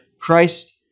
Christ